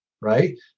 right